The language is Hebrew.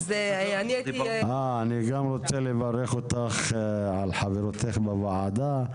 אני גם רוצה לברך אותך על חברותך בוועדה.